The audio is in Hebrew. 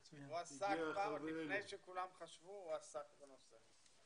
לפני שכולם חשבו, הוא עסק בנושא.